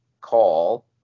call